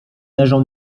leżą